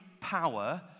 power